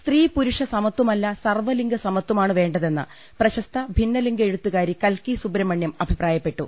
സ്ത്രീ പുരുഷ സമത്വമല്ല സർവ്വ ലിംഗ സമത്വമാണ് വേണ്ട തെന്ന് പ്രശസ്ത ഭിന്നലിംഗ എഴുത്തുകാരി കൽക്കി സുബ്രഹ്മണ്യം അഭിപ്രായപ്പെട്ടു